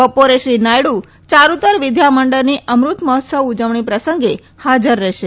બપોરે શ્રી નાયડુ ચારૃતર વિદ્યા મંડળની અમૃત મહોત્સવ ઉજવણી પ્રસંગે હાજર રહેશે